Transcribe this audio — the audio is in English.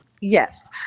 Yes